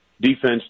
defense